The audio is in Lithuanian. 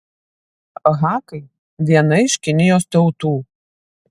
hakai viena iš kinijos tautų